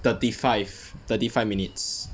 thirty five thirty five minutes